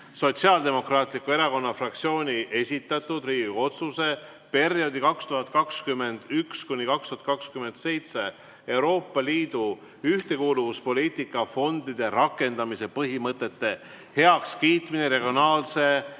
Sotsiaaldemokraatliku Erakonna fraktsiooni esitatud Riigikogu otsuse "Perioodi 2021–2027 Euroopa Liidu ühtekuuluvuspoliitika fondide rakendamise põhimõtete heakskiitmine regionaalse